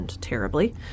terribly